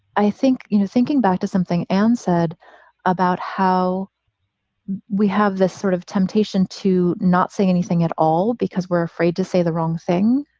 i think, you know, thinking back to something and said about how we have this sort of temptation to not say anything at all because we're afraid to say the wrong thing.